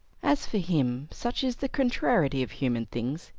as for him, such is the contrariety of human things,